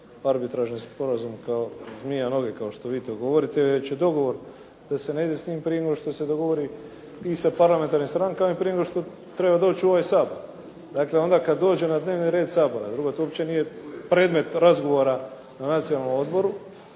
arbitražni sporazum kao zmija noge kao što vi to govorite, već je dogovor da se ne ide s tim prije no što se dogovori sa parlamentarnim strankama i prije nego što treba doći u ovaj Sabor. Dakle kad dođe na dnevni red Sabora. Drugo to uopće nije predmet razgovora na Nacionalnom odboru,